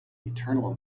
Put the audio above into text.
eternal